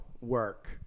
work